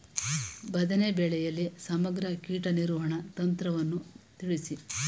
ಬದನೆ ಬೆಳೆಯಲ್ಲಿ ಸಮಗ್ರ ಕೀಟ ನಿರ್ವಹಣಾ ತಂತ್ರವನ್ನು ತಿಳಿಸಿ?